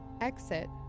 exit